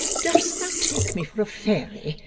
dost thou take me for a fairy,